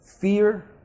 Fear